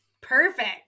Perfect